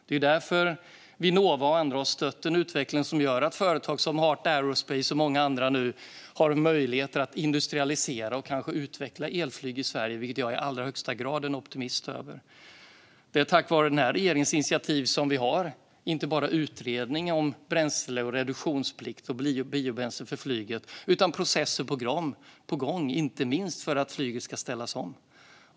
Det är därför Vinnova och andra har stött en utveckling som gör att företag som Heart Aerospace och många andra nu har möjligheter att industrialisera och kanske utveckla elflyg i Sverige, vilket jag i allra högsta grad är optimistisk över. Det är tack vare den här regeringens initiativ som vi inte bara har en utredning om reduktionsplikt och biobränsle för flyget utan processer som är på gång för att flyget ska ställas om.